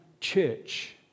church